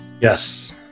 yes